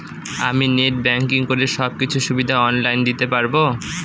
আমি net banking করে সব কিছু সুবিধা অন লাইন দিতে পারবো?